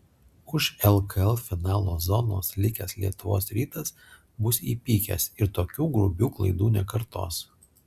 už lkl finalo zonos likęs lietuvos rytas bus įpykęs ir tokių grubių klaidų nekartos